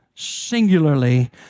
singularly